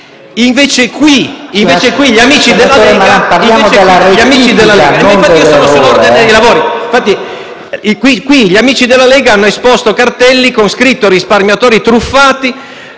lavori. Gli amici della Lega hanno esposto cartelli con scritto "risparmiatori truffati",